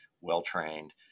well-trained